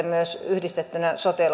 myös yhdistettynä sote